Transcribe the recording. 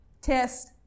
Test